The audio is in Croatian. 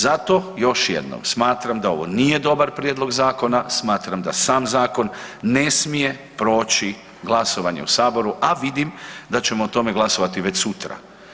Zato još jednom smatram da ovo nije dobar prijedlog zakona, smatram da sam zakon ne smije proći glasovanje u Saboru a vidim da ćemo o tome glasovati već sutra.